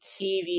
TV